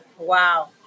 Wow